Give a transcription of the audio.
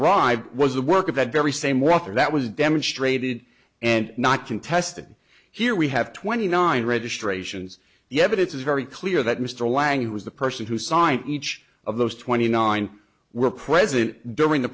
derived was the work of that very same author that was demonstrated and not contested here we have twenty nine registrations the evidence is very clear that mr lang who was the person who signed each of those twenty nine were present during the